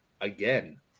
again